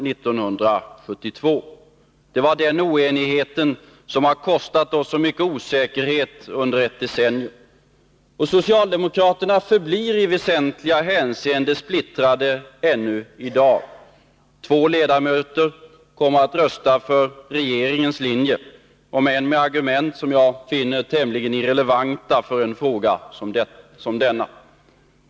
Den oenigheten har under ett decennium kostat oss mycken osäkerhet. Socialdemokraterna förblir i väsentliga hänseenden splittrade ännu i dag. Två ledamöter kommer att rösta för regeringens linje — om än med argument som jag finner tämligen irrelevanta för en fråga som denna.